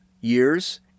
years